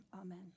Amen